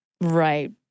Right